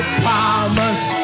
promise